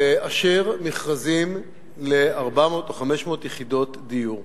לאשר מכרזים ל-400 או 500 יחידות דיור.